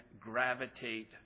gravitate